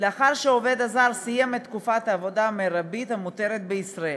לאחר שהעובד הזר סיים את תקופת העבודה המרבית המותרת בישראל,